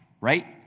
right